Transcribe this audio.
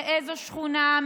באיזו שכונה,